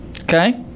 Okay